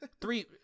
Three –